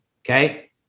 Okay